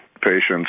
patients